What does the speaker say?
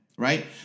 Right